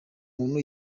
muntu